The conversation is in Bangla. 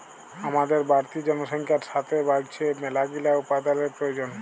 হামাদের বাড়তি জনসংখ্যার সাতে বাইড়ছে মেলাগিলা উপাদানের প্রয়োজন